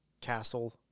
castle